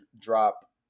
drop